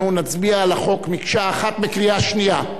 אנחנו נצביע על החוק מקשה אחת בקריאה שנייה.